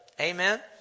Amen